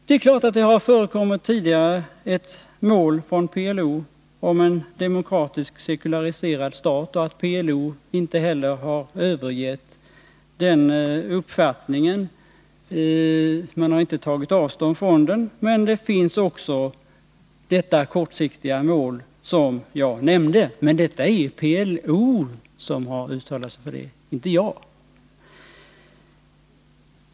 Det är klart att det tidigare har förekommit att PLO haft som mål en demokratiskt sekulariserad stat och att PLO inte heller har övergivit den uppfattningen. PLO har inte tagit avstånd från den. Det finns också det 203 kortsiktiga mål som jag nämnde. Men det är PLO som har uttalat sig för det, inte jag.